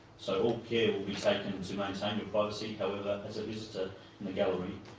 so all care will be taken to maintain your privacy, however, as a visitor in the gallery,